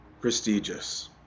prestigious